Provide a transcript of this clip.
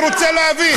אני רוצה להבין.